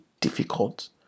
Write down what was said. difficult